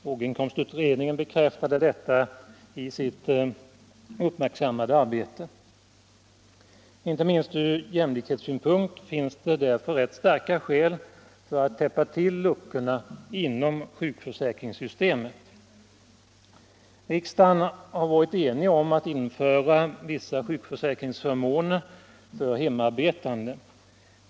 Låginkomstutredningen bekräftar detta i sitt uppmärksammade arbete. Inte minst ur jämlikhetssynpunkt finns det därför starka skäl att täppa till luckorna inom sjukförsäkringssystemet. Riksdagen har varit enig om att införa vissa sjukförsäkringsförmåner för hemarbetande.